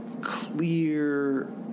clear